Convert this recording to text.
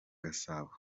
gasabo